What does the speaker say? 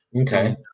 okay